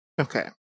Okay